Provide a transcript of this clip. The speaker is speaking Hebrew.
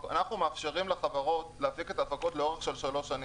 אנחנו מאפשרים לחברות להחזיק את הפקות לאורך של שלוש שנים.